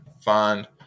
find